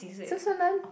so so none